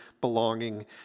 belonging